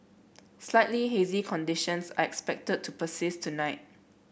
slightly hazy conditions are expected to persist tonight